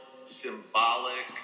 symbolic